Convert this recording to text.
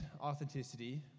authenticity